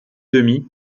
demi